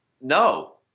No